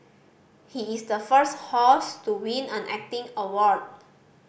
he is the first host to win an acting award